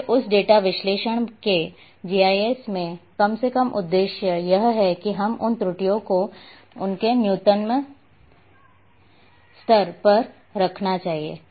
इसलिए उस डेटा विश्लेषण के जीआईएस में कम से कम उद्देश्य यह है कि हमें उन त्रुटियों को उनके न्यूनतम स्तर पर रखना चाहिए